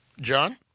John